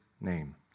name